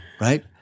right